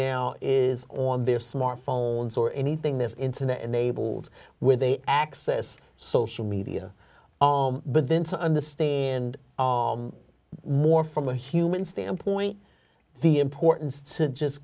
now is on their smartphones or anything this internet enabled where they access social media but then to understand more from a human standpoint the importance to just